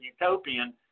utopian